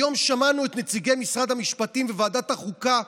היום שמענו את נציגי משרד המשפטים בוועדת החוקה.